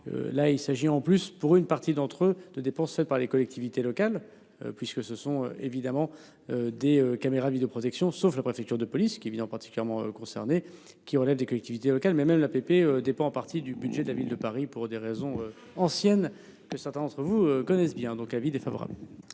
Là il s'agit en plus pour une partie d'entre eux de dépensés par les collectivités locales puisque ce sont évidemment des caméras de protection sauf la préfecture de police qui visant particulièrement concernées qui relèvent des collectivités locales, mais même la dépend en partie du budget de la ville de Paris pour des raisons ancienne que certains d'entre vous connaissent bien, donc avis défavorable.